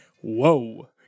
Whoa